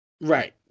Right